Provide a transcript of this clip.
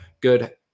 good